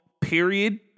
period